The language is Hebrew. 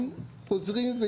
להתבטא.